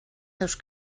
seus